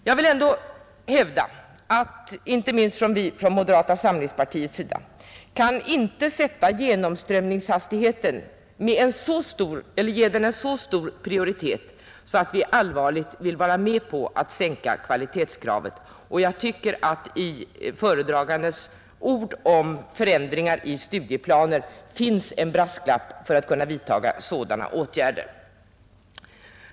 Jag vill ändå hävda att vi från moderata samlingspartiets sida inte kan ge genomströmningshastigheten en så stor prioritet att vi allvarligt vill vara med om att sänka kvalitetskravet. Jag tycker att det i föredragandens ord om förändringar i studieplaner finns en brasklapp för att kunna vidtaga sådana åtgärder.